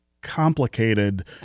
complicated